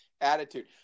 attitude